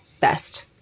best